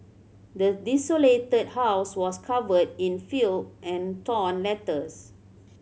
the desolated house was covered in filth and torn letters